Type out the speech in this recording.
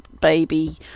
baby